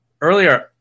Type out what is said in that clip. earlier